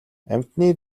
амьтны